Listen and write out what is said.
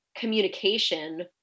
communication